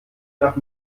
nach